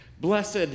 Blessed